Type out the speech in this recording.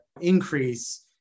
increase